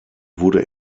wurde